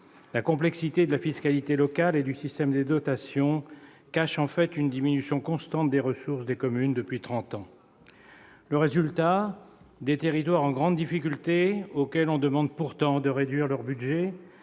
La complexité de la fiscalité locale et du système des dotations cache en fait une diminution constante des ressources des communes depuis trente ans. Résultat : des territoires en grande difficulté, auxquels on demande pourtant de réduire leurs budgets